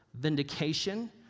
vindication